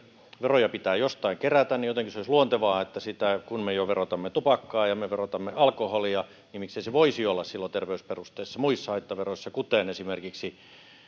veroja pitää jostain kerätä niin jotenkin se olisi luontevaa että kun me jo verotamme tupakkaa ja me verotamme alkoholia niin miksei se voisi olla silloin terveysperusteisissa muissa haittaveroissa kuten esimerkiksi